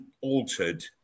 altered